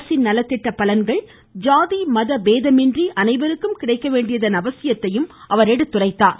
அரசின் நலத்திட்ட பலன்கள் ஜாதிமத பேதமின்றி அனைவருக்கும் கிடைக்க வேண்டியதன் அவசியத்தையும் அவர் எடுத்துரைத்தார்